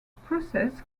process